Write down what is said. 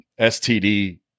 STD